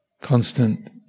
constant